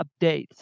updates